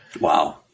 Wow